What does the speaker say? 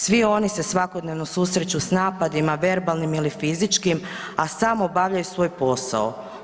Svi oni se svakodnevno susreću sa napadima verbalnim ili fizičkim, a samo obavljaju svoj posao.